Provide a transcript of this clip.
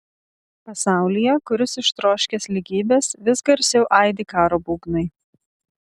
pasaulyje kuris ištroškęs lygybės vis garsiau aidi karo būgnai